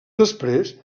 després